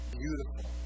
beautiful